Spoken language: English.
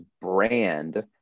brand